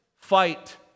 fight